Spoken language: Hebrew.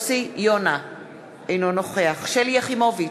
אינו נוכח שלי יחימוביץ,